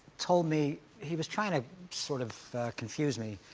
told me he was trying to sort of confuse me.